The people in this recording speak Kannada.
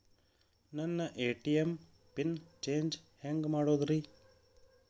ನನ್ನ ಎ.ಟಿ.ಎಂ ಪಿನ್ ಚೇಂಜ್ ಹೆಂಗ್ ಮಾಡೋದ್ರಿ?